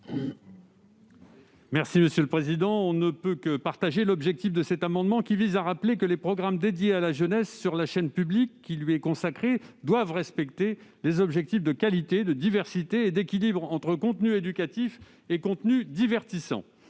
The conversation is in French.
de la commission ? On ne peut que partager l'objectif de cet amendement qui vise à rappeler que les programmes dédiés à la jeunesse sur la chaîne publique qui lui est consacrée doivent respecter les objectifs de qualité, de diversité et d'équilibre entre contenus éducatifs et contenus divertissants.